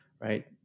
right